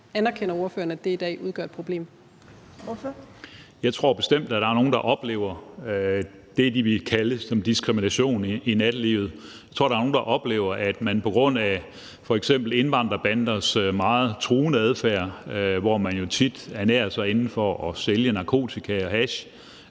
Torp): Ordføreren. Kl. 17:06 Peter Skaarup (DF): Jeg tror bestemt, at der er nogle, der oplever det, de ville kalde diskrimination i nattelivet. Jeg tror, at der er nogle, der oplever noget på grund af f.eks. indvandrerbanders meget truende adfærd, hvor de jo tit ernærer sig ved at sælge narko og hash,